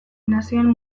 nazioen